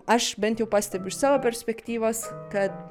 aš bent jau pastebiu iš savo perspektyvos kad